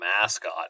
mascot